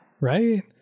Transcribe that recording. right